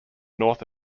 north